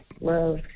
love